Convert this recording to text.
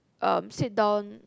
um sit down